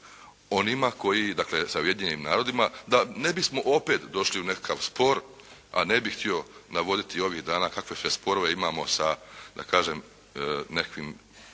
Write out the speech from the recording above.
onima koji dakle sa Ujedinjenim narodima da ne bismo opet došli u nekakav spor a ne bih htio navoditi ovih dana kakve sve sporove imamo sa da kažem nekakvim